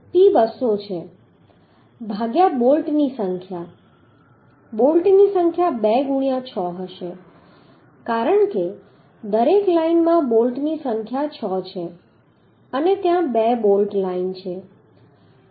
p 200 છે ભાગ્યા બોલ્ટની સંખ્યા બોલ્ટની સંખ્યા 2 ગુણ્યાં 6 હશે કારણ કે દરેક લાઇનમાં બોલ્ટની સંખ્યા 6 છે અને ત્યાં 2 બોલ્ટ લાઇન છે